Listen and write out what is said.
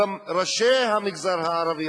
גם ראשי המגזר הערבי,